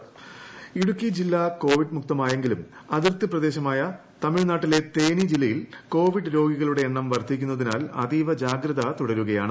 Idukki intro Idukki ജില്ല Covid മുക്തമായെങ്കിലും അതിർത്തി പ്രദേശമായ തമിഴ്നാട്ടിലെ തേനി ജില്ലയിൽ കോവിഡ് രോഗികളുടെ എണ്ണം വർദ്ധിക്കുന്നതിനാൽ അതീവ ജാഗ്രത തുടരുകയാണ്